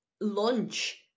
lunch